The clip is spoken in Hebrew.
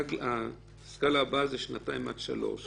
שנתיים ובסקאלה הבאה זה שנתיים עד שלוש,